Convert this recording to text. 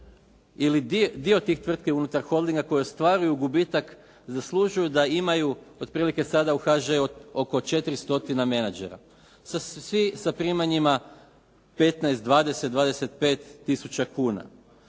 ili dio tih tvrtki unutar holdinga koji ostvaruju gubitak zaslužuju da imaju otprilike sada u HŽ-u oko 4 stotina menadžera svi sa primanjima 15, 20, 25000 kuna.